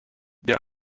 der